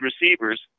receivers